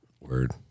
Word